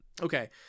Okay